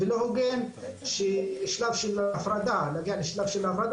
זה לא הוגן להגיע לשלב של ההפרדה כשאין